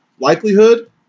likelihood